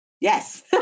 yes